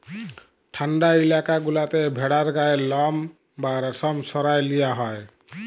ঠাল্ডা ইলাকা গুলাতে ভেড়ার গায়ের লম বা রেশম সরাঁয় লিয়া হ্যয়